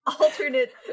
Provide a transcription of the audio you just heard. alternate